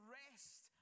rest